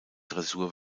dressur